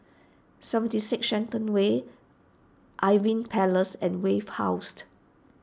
seventy six Shenton Way Irving Place and Wave Housed